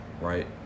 right